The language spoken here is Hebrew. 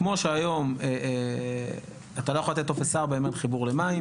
כמו שהיום אתה לא יכול לתת טופס 4 אם אין חיבור למים,